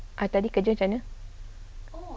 ah tadi kerja macam mana